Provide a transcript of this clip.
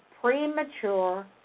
premature